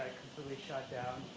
shot down.